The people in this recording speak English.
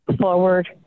forward